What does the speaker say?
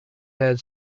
had